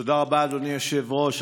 תודה רבה, אדוני היושב-ראש.